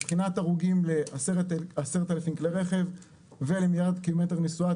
מבחינת הרוגים ל-10,000 קילומטר ולמיליארד קילומטר נסועה,